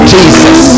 Jesus